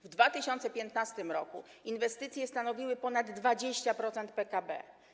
W 2015 r. inwestycje stanowiły ponad 20% PKB.